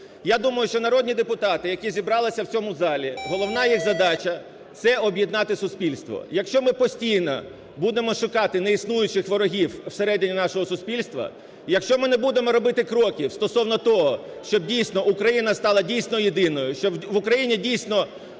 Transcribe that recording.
Я думаю, що народні депутати, які зібралися в цьому залі, головна їх задача – це об'єднати суспільство. Якщо ми постійно будемо шукати неіснуючих ворогів в середині нашого суспільства, якщо ми не будемо робити кроки стосовно того, щоб дійсно Україна стала дійсно єдиною, щоб в Україні дійсно